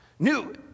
New